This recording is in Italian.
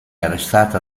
arrestata